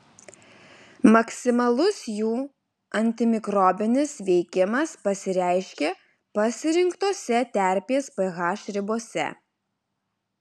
maksimalus jų antimikrobinis veikimas pasireiškia pasirinktose terpės ph ribose